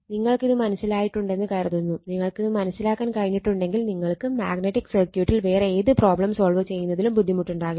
നിങ്ങൾക്കിത് മനസിലായിട്ടുണ്ടെന്ന് കരുതുന്നു നിങ്ങൾക്കിത് മനസ്സിലാക്കാൻ കഴിഞ്ഞിട്ടുണ്ടെങ്കിൽ നിങ്ങൾക്ക് മാഗ്നറ്റിക് സർക്യൂട്ടിൽ വേറെ ഏത് പ്രോബ്ലം സോൾവ് ചെയ്യുന്നതിലും ബുദ്ധിമുട്ടുണ്ടാകില്ല